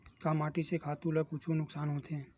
का माटी से खातु ला कुछु नुकसान होथे?